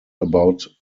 about